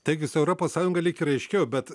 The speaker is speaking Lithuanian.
taigi su europos sąjunga lyg ir aiškiau bet